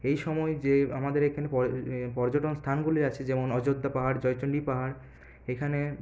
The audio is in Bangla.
এই সময় যে আমাদের এখানে পর্যটন স্থানগুলি আছে যেমন অযোধ্যা পাহাড় জয়চণ্ডী পাহাড় এখানে